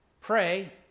Pray